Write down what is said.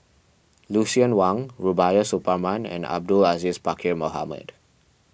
Lucien Wang Rubiah Suparman and Abdul Aziz Pakkeer Mohamed